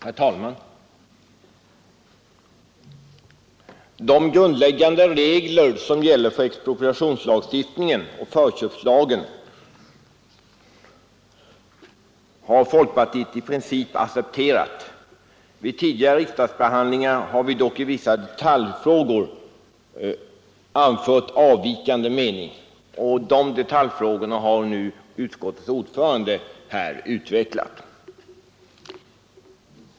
Herr talman! De grundläggande regler som gäller för expropriationslagstiftningen och förköpslagen som ger kommunerna förköpsrätt till mark har folkpartiet i princip accepterat. Vid tidigare riksdagsbehandlingar har vi dock i vissa detaljfrågor anfört avvikande mening, och dessa frågor har utskottets ordförande nu utvecklat här.